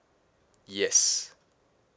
yes